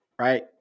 right